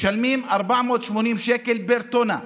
משלמות 480 שקל פר טונה.